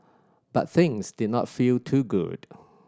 but things did not feel too good